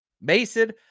Mason